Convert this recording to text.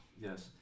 Yes